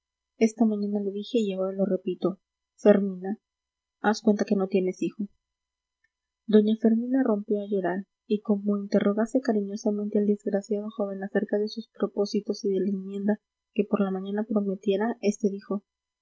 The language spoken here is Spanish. esta mañana lo dije y ahora lo repito fermina haz cuenta que no tienes hijo doña fermina rompió a llorar y como interrogase cariñosamente al desgraciado joven acerca de sus propósitos y de la enmienda que por la mañana prometiera este dijo